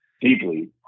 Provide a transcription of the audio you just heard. deeply